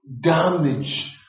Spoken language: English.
damage